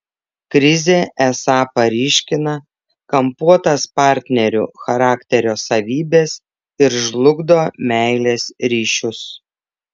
krizė esą paryškina kampuotas partnerių charakterio savybes ir žlugdo meilės ryšius